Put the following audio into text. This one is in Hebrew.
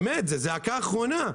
באמת, זאת הזעקה האחרונה,